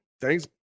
thanks